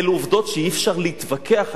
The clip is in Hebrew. אלו עובדות שאי-אפשר להתווכח עליהן.